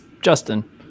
justin